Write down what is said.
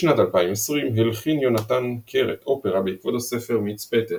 בשנת 2020 הלחין יונתן קרת אופרה בעקבות הספר "מיץ פטל".